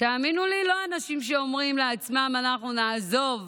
תאמינו לי, לא אנשים שאומרים לעצמם: אנחנו נעזוב